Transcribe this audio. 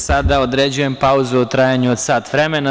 Sada određujem pauzu u trajanju od sat vremena.